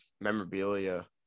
memorabilia